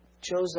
chose